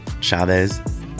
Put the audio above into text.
Chavez